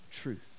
truth